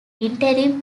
interim